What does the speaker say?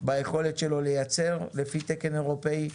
ביכולת שלו לייצר לפי תקן אירופאי,